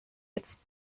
jetzt